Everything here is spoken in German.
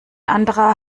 anderer